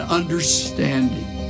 understanding